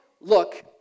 look